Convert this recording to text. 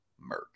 merch